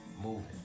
moving